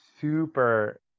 super